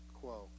quo